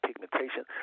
pigmentation